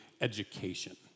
education